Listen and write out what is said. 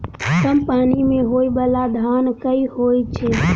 कम पानि मे होइ बाला धान केँ होइ छैय?